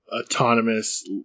autonomous